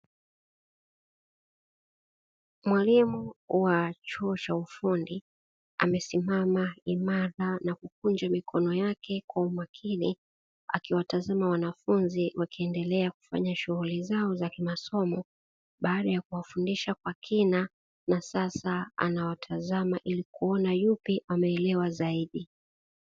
Mwalimu wa chuo cha ufundi, amesimama imara na kukunja mikono yake kwa umakini, akiwatazama wanafunzi wakiendelea kufanya Shughuli zao za kimasomo. Baada ya kuwafundisha kwa kina na sasa anawatazama ili kuonana yupi ameelewa zaidi.